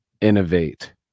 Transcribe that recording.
innovate